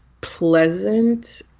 pleasant